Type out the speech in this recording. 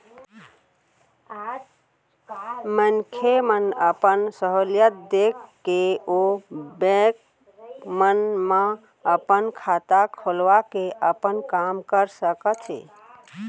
मनखे मन अपन सहूलियत देख के ओ बेंक मन म अपन खाता खोलवा के अपन काम कर सकत हें